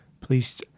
Please